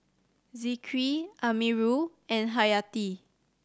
Zikri Amirul and Hayati